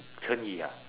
成语啊